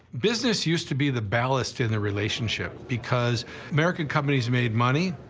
business used to be the ballast in the relationship, because american companies made money,